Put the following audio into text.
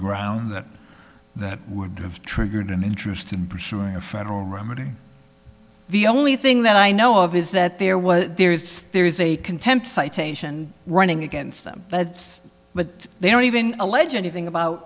ground that that would have triggered an interest in pursuing a federal remedy the only thing that i know of is that there was there is there is a contempt citation running against them but they don't even a legend you think about